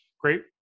great